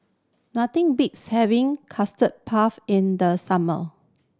nothing beats having Custard Puff in the summer